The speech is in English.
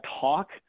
talk